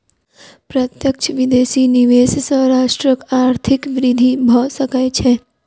प्रत्यक्ष विदेशी निवेश सॅ राष्ट्रक आर्थिक वृद्धि भ सकै छै